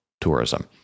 tourism